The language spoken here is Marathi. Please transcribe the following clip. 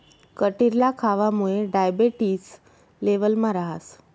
कटिरला खावामुये डायबेटिस लेवलमा रहास